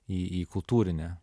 į į kultūrinę